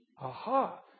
Aha